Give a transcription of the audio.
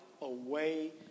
away